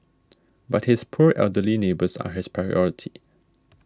but his poor elderly neighbours are his priority